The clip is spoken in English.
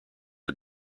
are